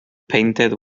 painted